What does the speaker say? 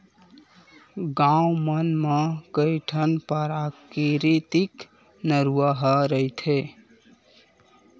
गाँव मन म कइठन पराकिरितिक नरूवा ह रहिथे